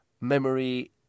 memory